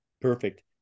Perfect